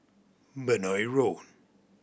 Benoi Road